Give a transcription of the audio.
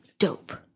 Dope